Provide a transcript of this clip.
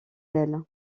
d’elle